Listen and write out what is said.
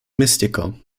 mystical